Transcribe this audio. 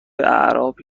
اعراب